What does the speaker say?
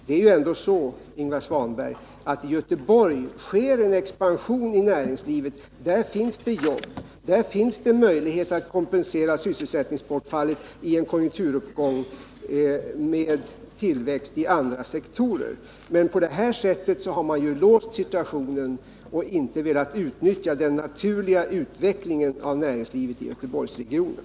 Det är ändå så, Ingvar Svanberg, att i Göteborg sker en expansion av näringslivet. Där finns jobb. Där finns möjligheter att i en konjunkturuppgång kompensera sysselsättningsbortfallet i en sektor med tillväxt i andra sektorer. Men på det här sättet skulle man ju låsa situationen och inte tillåta eller uppmuntra den naturliga utvecklingen av näringslivet i Göteborgsregionen.